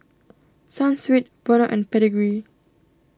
Sunsweet Vono and Pedigree